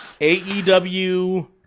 AEW